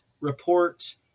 report